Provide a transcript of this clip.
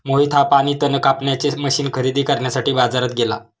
मोहित हा पाणी तण कापण्याचे मशीन खरेदी करण्यासाठी बाजारात गेला